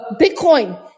Bitcoin